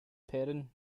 perrin